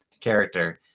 character